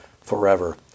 forever